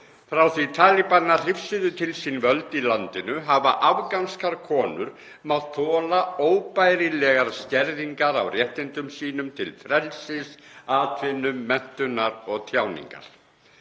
Frá því talibanar hrifsuðu til sín völd í landinu hafa afganskar konur mátt þola óbærilegar skerðingar á réttindum sínum til frelsis, atvinnu, menntunar og tjáningar.